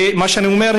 ומה שאני אומר,